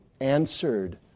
answered